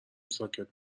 ساکت